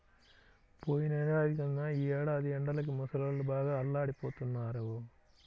పోయినేడాది కన్నా ఈ ఏడాది ఎండలకి ముసలోళ్ళు బాగా అల్లాడిపోతన్నారు